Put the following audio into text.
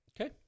Okay